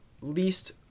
least